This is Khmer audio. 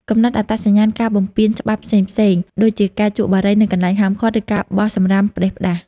កំណត់អត្តសញ្ញាណការបំពានច្បាប់ផ្សេងៗ ដូចជាការជក់បារីនៅកន្លែងហាមឃាត់ ឬការបោះសំរាមផ្ដេសផ្ដាស។